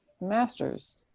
master's